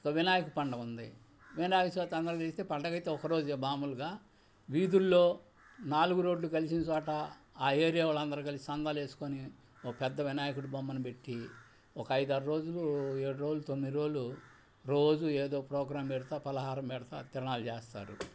ఇక వినాయక పండగుంది వినాయక సవితి అందరం చేస్తే పండగైతే ఒకరోజు మాములుగా వీధుల్లో నాలుగు రోడ్లు కలిసిన చోట ఆ ఏరియా వాళ్ళందరూ కలిసి చందాలేసుకుని ఒక పెద్ద వినాయకుడు బొమ్మను పెట్టి ఒక ఐదార్రోజులు ఏడు రోజులు తొమ్మిది రోజులు రోజు ఏదో ప్రోగ్రాం పెడతూ ఫలహారం పెడతూ తిరణాలు చేస్తారు